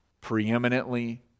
preeminently